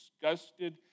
disgusted